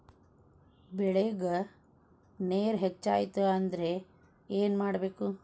ಬೆಳೇಗ್ ನೇರ ಹೆಚ್ಚಾಯ್ತು ಅಂದ್ರೆ ಏನು ಮಾಡಬೇಕು?